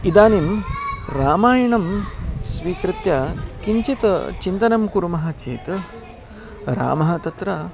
इदानीं रामायणं स्वीकृत्य किञ्चित् चिन्तनं कुर्मः चेत् रामः तत्र